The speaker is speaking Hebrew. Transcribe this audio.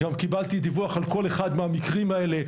גם קיבלתי דיווח על כל אחד מהמקרים האלה,